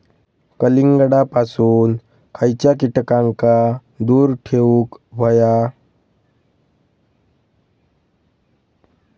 कलिंगडापासून खयच्या कीटकांका दूर ठेवूक व्हया?